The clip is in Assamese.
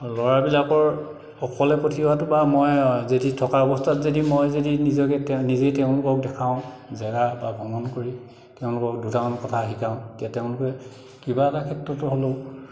ল'ৰাবিলাকৰ অকলে পঠিওৱাতো বা মই যদি থকা অৱস্থাত যদি মই যদি নিজকে নিজে তেওঁলোকক দেখাও জেগা বা ভ্ৰমণ কৰি তেওঁলোকক দুটামান কথা শিকাও তেতিয়া তেওঁলোকে কিবা এটা ক্ষেত্ৰত হ'লেও